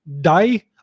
die